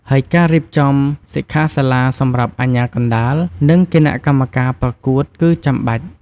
ហើយការរៀបចំសិក្ខាសាលាសម្រាប់អាជ្ញាកណ្ដាល និងគណៈកម្មការប្រកួតគឺចាំបាច់។